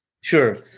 Sure